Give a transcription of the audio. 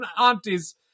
aunties